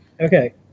Okay